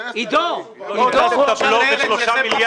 המחודש שזאת עמדת ועדת הכספים ללא יוצא מן הכלל,